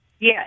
Yes